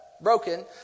broken